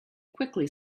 quickly